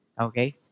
Okay